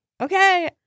okay